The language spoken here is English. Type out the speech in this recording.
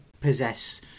possess